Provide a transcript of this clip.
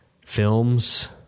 Films